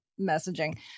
messaging